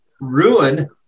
ruin